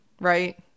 right